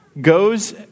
goes